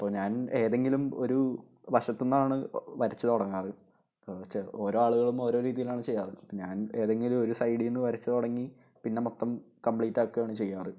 അപ്പോള് ഞാൻ ഏതെങ്കിലും ഒരു വശത്തുനിന്നാണ് വരച്ചുതുടങ്ങാറ് ഓരോ ആളുകളും ഓരോ രീതിയിലാണ് ചെയ്യാറ് ഇപ്പോള് ഞാൻ ഏതെങ്കിലും ഒരു സൈഡില്നിന്ന് വരച്ചുതുടങ്ങി പിന്നെ മൊത്തം കമ്പ്ലീറ്റ് ആക്കുകയാണു ചെയ്യാറ്